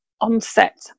onset